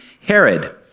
Herod